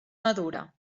madura